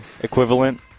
equivalent